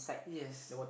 yes